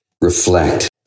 Reflect